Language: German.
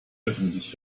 öffentlich